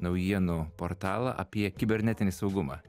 naujienų portalą apie kibernetinį saugumą